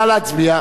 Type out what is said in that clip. נא להצביע.